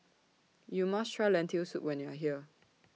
YOU must Try Lentil Soup when YOU Are here